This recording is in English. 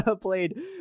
played